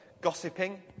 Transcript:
Gossiping